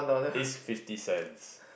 is fifty cents